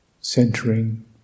centering